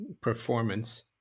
performance